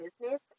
business